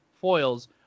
foils